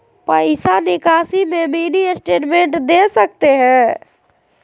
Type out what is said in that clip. पैसा निकासी में मिनी स्टेटमेंट दे सकते हैं?